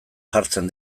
jartzen